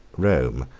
rome,